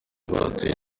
batoye